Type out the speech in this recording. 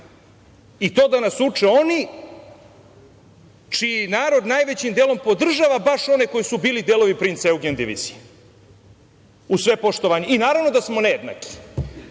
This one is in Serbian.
i to da nas uče oni čiji narod najvećim delom podržava baš one koji su bili delovi Princ Eugen divizije, uz svo poštovanje. Naravno da smo nejednaki. Svi